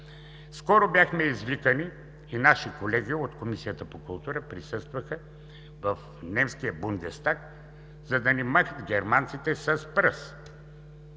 Скоро бяхме извикани – и наши колеги от Комисията по културата присъстваха, в немския Бундестаг, за да ни махат германците с пръст.